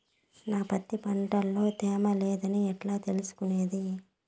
నా పత్తి పంట లో తేమ లేదని ఎట్లా తెలుసుకునేది?